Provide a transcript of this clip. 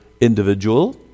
individual